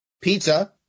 pizza